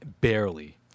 Barely